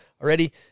already